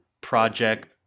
project